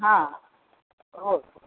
हां हां होय होय